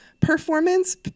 performance